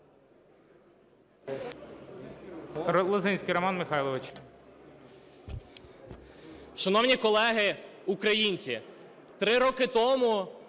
Шановні колеги, українці, 3 роки тому